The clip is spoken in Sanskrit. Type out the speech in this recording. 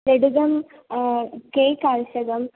लड्डुगं केक् आवश्यकम्